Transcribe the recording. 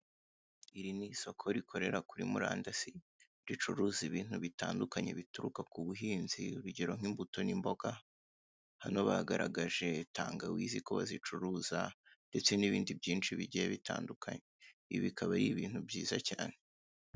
Iri ni isoko rikorera kuri murandasi ricuruza ibintu bitandukanye bituruka ku buhinzi urugero nk'imbuto n'imboga hano bagaragaje tangawizi ko bazicuruza ndetse n'ibindi byinshi bigiye bitandukanye. Ibi bikaba ari ibintu byiza cyane.